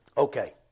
Okay